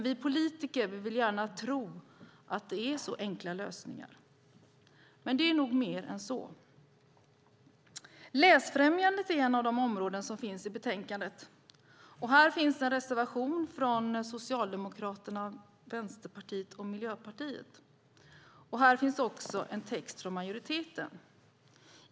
Vi politiker vill gärna tro att lösningarna är så enkla, men det är nog fråga om mer än så. Läsfrämjande är ett av de områden som behandlas i betänkandet. Här finns det en reservation från Socialdemokraterna, Vänsterpartiet och Miljöpartiet, och här finns också en text från majoriteten.